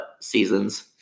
season's